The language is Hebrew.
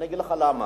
אני אגיד לך למה.